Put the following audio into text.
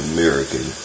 American